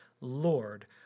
Lord